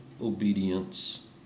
obedience